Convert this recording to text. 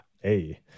hey